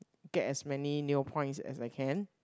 get as many Neopoints as I can